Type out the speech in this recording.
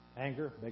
anger